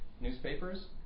newspapers